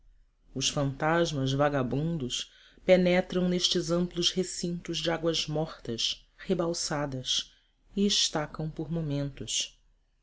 os fantasmas vagabundos penetram nestes amplos recintos de águas mortas rebalsadas e estacam por momentos